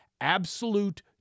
absolute